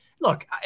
look